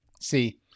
See